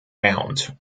round